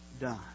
done